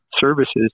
services